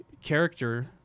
character